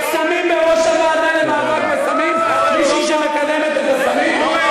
שמים בראש הוועדה למאבק בסמים מישהי שמקדמת את הסמים?